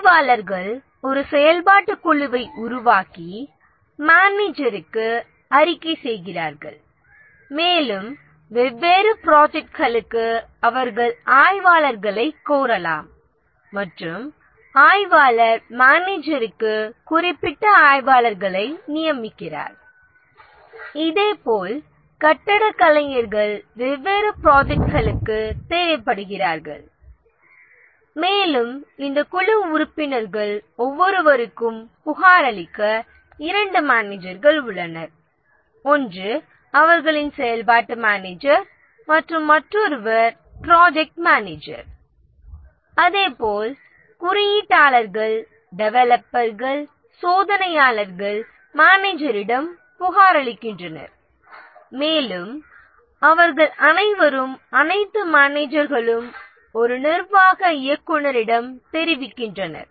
ஆய்வாளர்கள் ஒரு செயல்பாட்டுக் குழுவை உருவாக்கி மேனேஜருக்கு அறிக்கை செய்கிறார்கள் மேலும் வெவ்வேறு ப்ராஜெக்ட்களுக்கு அவர்கள் ஆய்வாளர்களைக் கோரலாம் மற்றும் ஆய்வாளர் மேனேஜருக்கு குறிப்பிட்ட ஆய்வாளர்களை நியமிக்கிறார் இதேபோல் கட்டடக் கலைஞர்கள் வெவ்வேறு ப்ராஜெக்ட்களுக்குத் தேவைப்படுகிறார்கள் மேலும் இந்த குழு உறுப்பினர்கள் ஒவ்வொருவருக்கும் புகாரளிக்க இரண்டு மேனஜர்கள் உள்ளனர் ஒன்று அவர்களின் செயல்பாட்டு மேனஜர்கள் மற்றும் மற்றொருவர் ப்ரொஜக்ட் மேனேஜர் இதேபோல் குறியீட்டாளர்கள் டெவலப்பர்கள் சோதனையாளர்கள் மேனஜரிடம் புகாரளிக்கின்றனர் மேலும் அவர்கள் அனைவரும் அனைத்து மேனஜர்களும் ஒரு நிர்வாக இயக்குநரிடம் தெரிவிக்கின்றனர்